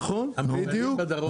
נכון, בדיוק.